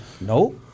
No